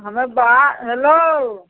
हमे बा हेलो